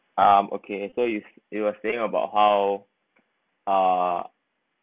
um okay so you you were saying about how uh